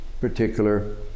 particular